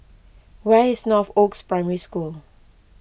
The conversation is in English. where is Northoaks Primary School